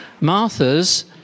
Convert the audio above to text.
Martha's